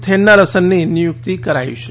થેન્નારસનની નિયુકતી કરાઈ છે